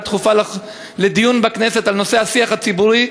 דחופה לדיון בכנסת בנושא השיח הציבורי,